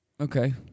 Okay